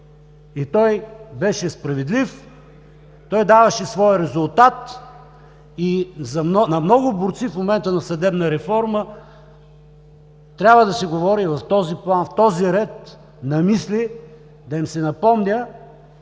И той беше справедлив, даваше своя резултат и в момента на много борци за съдебна реформа трябва да се говори в този план, в този ред на мисли да им се напомня